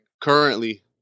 Currently